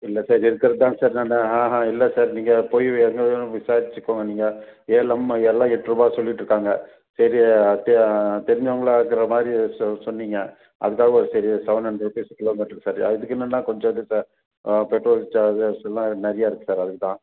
இல்லை சார் இருக்கிறது தாங்க சார் நான் ஆஹான் இல்லை சார் நீங்கள் போய் எங்கே வேணால் விசாரித்துக்கோங்க நீங்க ஏலம் அங்கெல்லாம் எட்டுருவா சொல்லிகிட்டு இருக்காங்க சரி தெ தெரிஞ்சவங்களாக இருக்கிற மாதிரி சொ சொன்னிங்க அதுக்காக ஒரு சரி செவன் ஹண்ட்ரட் பேசிக் கிலோமீட்டருக்கு சார் அதுக்குமேலலாம் கொஞ்சம் இது சார் பெட்ரோல் சார்ஜஸ் எல்லாம் நிறையா இருக்குது சார் அதுக்கு தான்